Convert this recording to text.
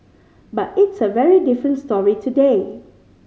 but it's a very different story today